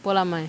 போலாமே:polamae